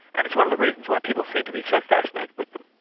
and it's one of the reasons why people seem to be so fascinated with them.